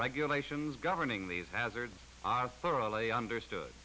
regulations governing these hazards are thoroughly understood